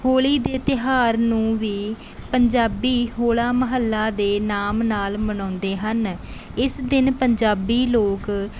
ਹੋਲੀ ਦੇ ਤਿਉਹਾਰ ਨੂੰ ਵੀ ਪੰਜਾਬੀ ਹੋਲਾ ਮਹੱਲਾ ਦੇ ਨਾਮ ਨਾਲ ਮਨਾਉਂਦੇ ਹਨ ਇਸ ਦਿਨ ਪੰਜਾਬੀ ਲੋਕ